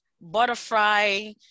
butterfly